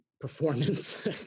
performance